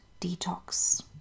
detox